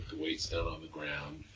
weights down on the ground,